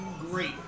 great